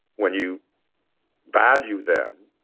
when you value them,